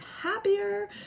happier